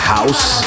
House